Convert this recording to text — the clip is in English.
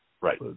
Right